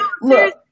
look